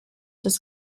das